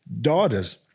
daughters